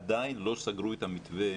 לא סגרו את המתווה